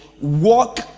walk